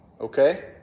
Okay